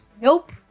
Nope